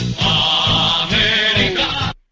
America